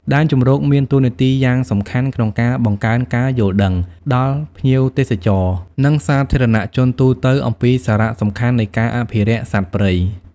ដែនជម្រកមានតួនាទីយ៉ាងសំខាន់ក្នុងការបង្កើនការយល់ដឹង ដល់ភ្ញៀវទេសចរណ៍ និងសាធារណជនទូទៅអំពីសារៈសំខាន់នៃការអភិរក្សសត្វព្រៃ។